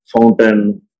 fountain